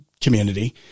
community